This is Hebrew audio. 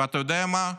ואתה יודע מה?